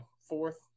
fourth